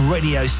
Radio